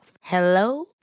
Hello